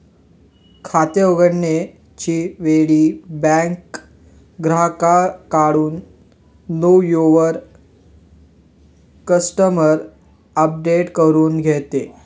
खाते उघडताना च्या वेळी बँक ग्राहकाकडून नो युवर कस्टमर अपडेट करून घेते